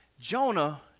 Jonah